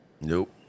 Nope